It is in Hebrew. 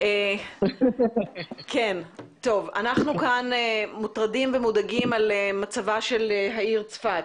אנחנו כאן מוטרדים ומודאגים ממצבה של העיר צפת.